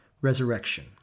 resurrection